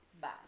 Bye